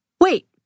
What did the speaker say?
Wait